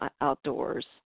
outdoors